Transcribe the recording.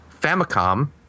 Famicom